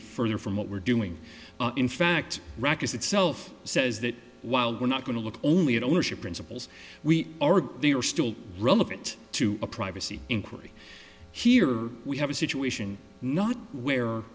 further from what we're doing in fact wreckers itself says that while we're not going to look only at ownership principles we are they are still relevant to a privacy inquiry here we have a situation not w